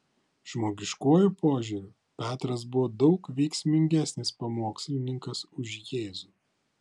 žmogiškuoju požiūriu petras buvo daug veiksmingesnis pamokslininkas už jėzų